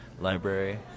library